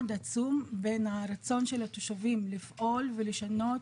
עצום בין הרצון של התושבים לפעול ולשנות.